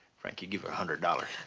frank, you give her a hundred dollars.